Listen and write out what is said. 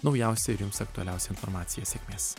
naujausią ir jums aktualiausią informaciją sėkmės